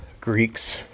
Greeks